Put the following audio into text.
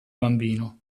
bambino